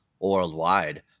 worldwide